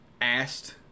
asked